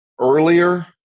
earlier